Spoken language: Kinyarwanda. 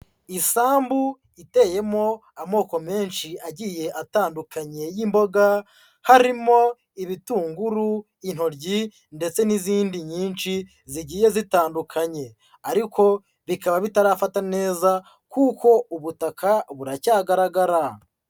Isambu iteyemo amoko menshi agiye atandukanye y'imboga, harimo ibitunguru, intoryi ndetse n'izindi nyinshi zigiye zitandukanye, ariko bikaba bitarafata neza kuko ubutaka buracyagaragara.